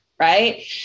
Right